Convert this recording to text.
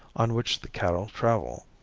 on which the cattle travel.